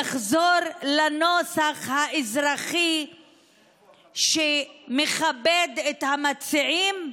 יחזור לנוסח האזרחי שמכבד את המציעים,